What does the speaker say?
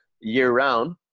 year-round